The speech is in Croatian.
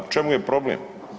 U čemu je problem?